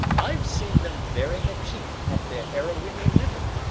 i've seen them buryin' a chief up the aruwimi river,